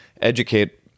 educate